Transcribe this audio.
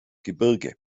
gebirge